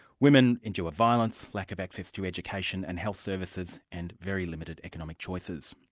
women endure violence, lack of access to education and health services, and very limited economic choices.